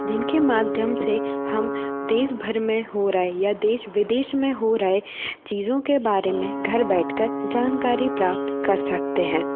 जिन के माध्यम से हम देश भर में हो रही या देश विदेश में हो रही चीज़ों के बारे में घर बैठ कर जानकारी प्राप्त कर सकते हैं